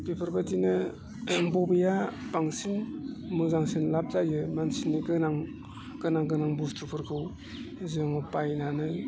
बिफोरबादिनो बबेया बांसिन मोजांसिन लाब जायो मानसिनो गोनां गोनां गोनां बुस्थुफोरखौ जोङो बायनानै